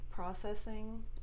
Processing